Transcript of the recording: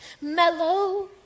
Mellow